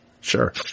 sure